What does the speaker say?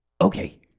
Okay